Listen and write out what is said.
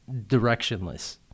directionless